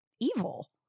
evil